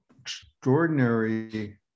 extraordinary